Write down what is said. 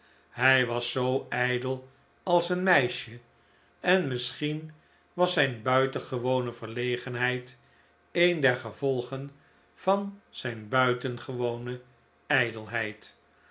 hij was zoo ijdel als eenmeisje en misschien was zijn buitengewone verlegenheid een der gevolgen van zijn buitengewone